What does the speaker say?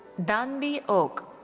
danbi ok.